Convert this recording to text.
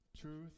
Truth